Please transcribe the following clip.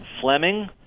Fleming